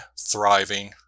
thriving